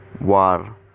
war